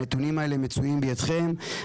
הנתונים האלה מצויים בידכם,